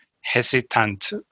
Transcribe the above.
hesitant